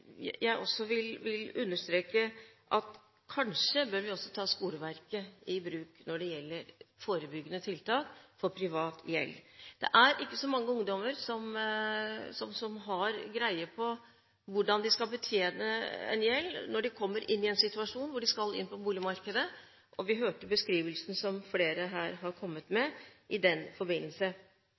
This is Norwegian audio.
kanskje bør vi også ta skoleverket i bruk når det gjelder forebyggende tiltak for privat gjeld. Det er ikke så mange ungdommer som har greie på hvordan de skal betjene en gjeld når de kommer i den situasjonen at de skal inn på boligmarkedet. Vi hørte beskrivelsen som flere her har kommet med i den forbindelse.